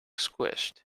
squished